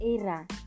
Era